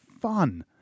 fun